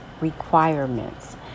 requirements